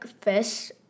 fish